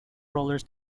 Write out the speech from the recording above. rollers